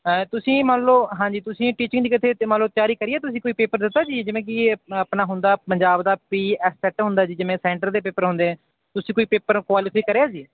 ਤੁਸੀਂ ਇਹ ਮੰਨ ਲਓ ਹਾਂਜੀ ਤੁਸੀਂ ਟੀਚਿੰਗ ਦੀ ਕਿੱਥੇ ਮੰਨ ਲਓ ਤਿਆਰੀ ਕਰੀ ਤੁਸੀਂ ਕੋਈ ਪੇਪਰ ਦਿੱਤਾ ਜੀ ਜਿਵੇਂ ਕੀ ਇਹ ਆਪਣਾ ਹੁੰਦਾ ਪੰਜਾਬ ਦਾ ਪੀ ਐੱਫ ਸੈਟ ਹੁੰਦਾ ਜੀ ਜਿਵੇਂ ਸੈਂਟਰ ਦੇ ਪੇਪਰ ਹੁੰਦੇ ਹੈ ਤੁਸੀਂ ਕੋਈ ਪੇਪਰ ਕੁਆਲੀਫਾਈ ਕਰਿਆ ਜੀ